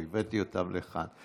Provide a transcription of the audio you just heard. הבאתי אותם לכאן.